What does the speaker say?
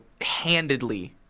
handedly